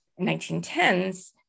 1910s